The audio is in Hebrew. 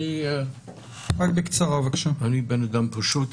אני אדם פשוט.